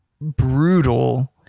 brutal